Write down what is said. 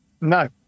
no